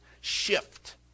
shift